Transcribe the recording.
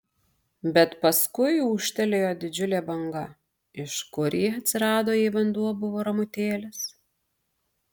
bet paskui ūžtelėjo didžiulė banga iš kur ji atsirado jei vanduo buvo ramutėlis